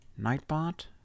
Nightbot